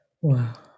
Wow